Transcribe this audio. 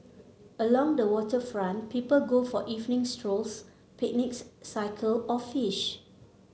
along the waterfront people go for evening strolls picnics cycle or fish